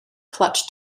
clutch